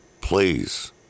please